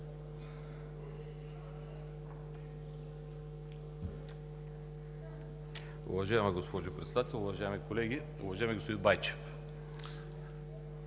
Уважаеми господин Председател, уважаеми колеги! Уважаеми господин Тасков,